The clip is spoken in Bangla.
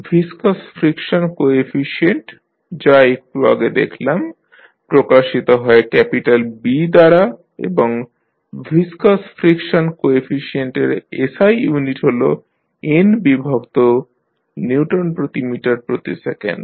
ভিসকাস ফ্রিকশন কোএফিশিয়েন্ট যা একটু আগে দেখলাম প্রকাশিত হয় ক্যাপিটাল B দ্বারা এবং ভিসকাস ফ্রিকশন কোএফিশিয়েন্টের SI ইউনিট হল n বিভক্ত নিউটন প্রতি মিটার প্রতি সেকেন্ড